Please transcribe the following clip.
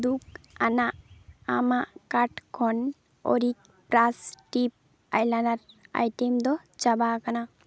ᱫᱩᱠ ᱟᱱᱟᱜ ᱟᱢᱟᱜ ᱠᱟᱴ ᱠᱷᱚᱱ ᱚᱨᱤᱠ ᱵᱨᱟᱥ ᱴᱤᱯ ᱟᱭᱞᱟᱱᱟᱨ ᱟᱭᱴᱮᱢ ᱫᱚ ᱪᱟᱵᱟ ᱟᱠᱟᱱᱟ